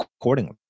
accordingly